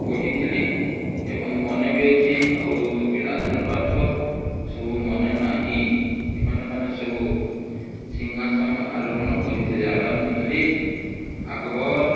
ପଢ଼ିଥିଲି ଏବଂ ମନେ ବି ଅଛି ଆଉ ତ ପିଲାଦିନ ପାଠ ସବୁ ମନେ ନାହିଁ ଏମାନେ ମାନେ ସବୁ ସିଂହାସନ ଆରୋହଣ କରିଥିଲେ ଆଲ୍ଳାଉଦିନ ଖିଲିଜ ଆକବର